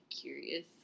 curious